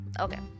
Okay